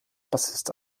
bassist